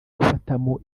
gufatamo